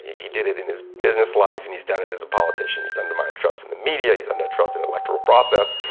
he did it in his business life and he's done it as a politician. he's undermined trust in the media, he's and trust in the electoral process,